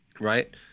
Right